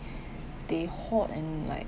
they hoard and like